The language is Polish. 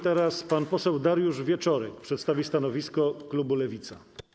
Teraz pan poseł Dariusz Wieczorek przedstawi stanowisko klubu Lewica.